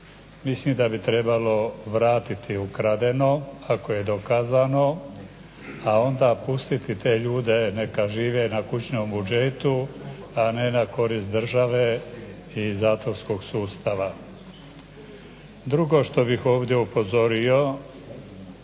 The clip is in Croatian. Mislim da bi trebalo vratiti ukradeno ako je dokazano, a onda pustiti te ljude neka žive na kućnom budžetu, ne na korist države i zatvorskog sustava. Drugo što bih ovdje upozorio,